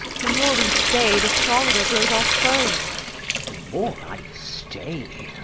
the more wee stay, the stronger growes our foe the more i stay,